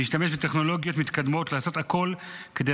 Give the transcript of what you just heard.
להשתמש בטכנולוגיות מתקדמות ולעשות הכול כדי